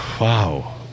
Wow